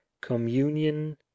communion